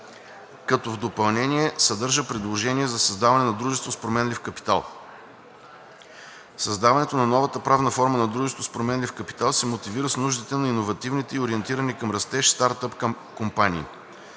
като в допълнение съдържа предложение за създаване на дружество с променлив капитал. Създаването на новата правна форма на дружеството с променлив капитал се мотивира с нуждите на иновативните и ориентирани към растеж стартъп компании.